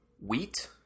Wheat